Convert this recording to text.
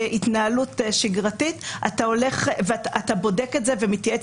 כהתנהלות שגרתית אתה בודק את זה ומתייעץ